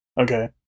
Okay